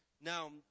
Now